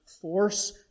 force